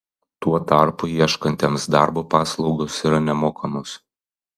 tuo tarpu ieškantiems darbo paslaugos yra nemokamos